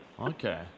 Okay